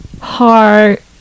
heart